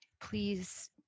please